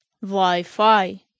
Wi-Fi